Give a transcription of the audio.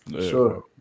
Sure